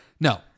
No